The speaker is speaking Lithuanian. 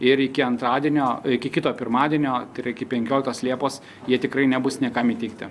ir iki antradienio iki kito pirmadienio tai yra iki penkioliktos liepos jie tikrai nebus niekam įtiekti